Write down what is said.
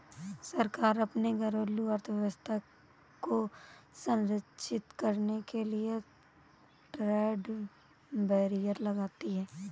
सरकार अपने घरेलू अर्थव्यवस्था को संरक्षित करने के लिए ट्रेड बैरियर लगाती है